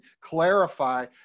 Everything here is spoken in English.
clarify